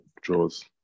draws